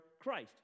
Christ